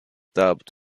doubt